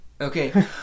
Okay